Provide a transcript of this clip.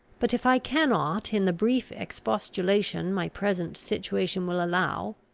but if i cannot, in the brief expostulation my present situation will allow,